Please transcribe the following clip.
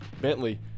Bentley